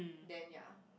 then ya